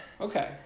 Okay